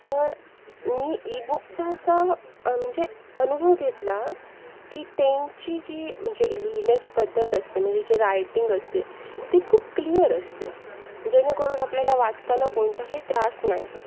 तर मी इ बुकचा असा म्हणजे अनुभव घेतला की त्यांची जी म्हणजे लिहिण्याची पद्धत असते म्हणजे जे रायटिंग असते ती खूप क्लिअर असते जेणेकरून आपल्याला वाचताना कोणताही त्रास नाही होत